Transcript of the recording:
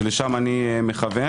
ולשם אני מכוון.